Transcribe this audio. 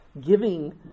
giving